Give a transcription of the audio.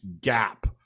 gap